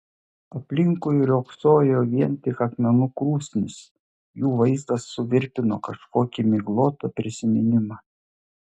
aplinkui riogsojo vien tik akmenų krūsnys jų vaizdas suvirpino kažkokį miglotą prisiminimą